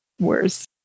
Worse